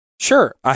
Sure